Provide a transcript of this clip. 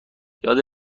یاد